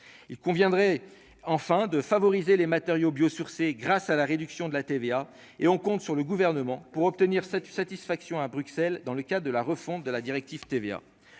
il conviendrait enfin de favoriser les matériaux biosourcés grâce à la réduction de la TVA et on compte sur le gouvernement pour obtenir cette satisfaction à Bruxelles, dans le cas de la refonte de la directive TVA